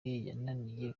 yananiye